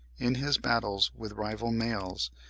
in his battles with rival males,